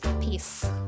Peace